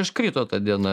iškrito ta diena